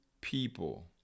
People